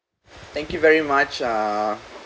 thank you very much uh